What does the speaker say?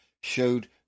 showed